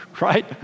right